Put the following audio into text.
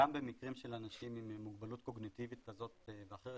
גם במקרים של אנשים עם מוגבלות קוגניטיבית כזו או אחרת.